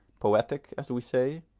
poetic, as we say,